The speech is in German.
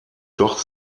doch